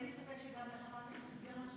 ואין לי ספק שגם חברת הכנסת גרמן,